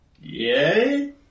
Yay